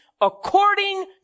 according